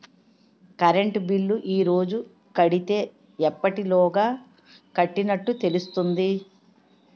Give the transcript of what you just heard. Current bill ఈ రోజు కడితే ఎప్పటిలోగా కట్టినట్టు తెలుస్తుంది?